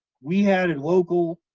we had a local,